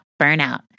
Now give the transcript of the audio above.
burnout